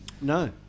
No